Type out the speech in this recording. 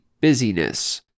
busyness